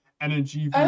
energy